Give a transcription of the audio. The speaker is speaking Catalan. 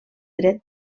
dret